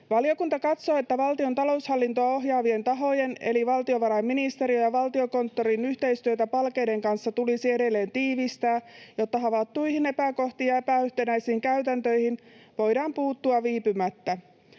Valiokunta katsoo, että valtion taloushallintoa ohjaavien tahojen eli valtiovarainministeriön ja Valtiokonttorin yhteistyötä Palkeiden kanssa tulisi edelleen tiivistää, jotta havaittuihin epäkohtiin ja epäyhtenäisiin käytäntöihin voidaan puuttua viipymättä.